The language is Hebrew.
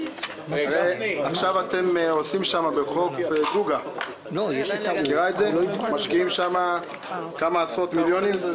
עכשיו אתם משקיעים בחוף דוגה כמה עשרות מיליוני שקלים.